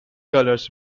colours